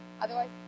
otherwise